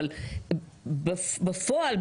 אבל בפועל,